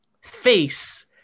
face